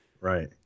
Right